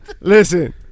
Listen